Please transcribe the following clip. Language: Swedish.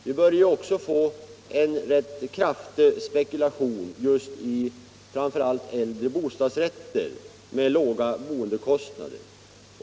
Vi torde också där få en rätt kraftig spekulation, framför allt i äldre bostadsrätter med låga boendekostnader.